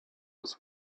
was